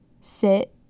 sit